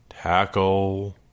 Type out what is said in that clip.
tackle